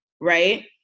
Right